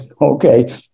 Okay